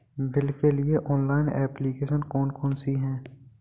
Bill के लिए online application कौन कौन सी हैं?